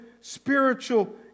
spiritual